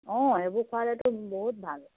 অঁ সেইবোৰ খোৱালেটো বহুত ভাল